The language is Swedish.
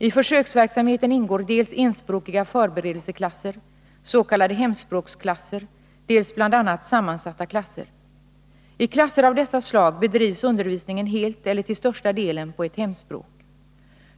I försöksverksamheten ingår dels enspråkiga förberedelseklasser, s.k. hemspråksklasser, dels bl.a. sammansatta klasser. I klasser av dessa slag bedrivs undervisningen helt eller till största delen på ett hemspråk.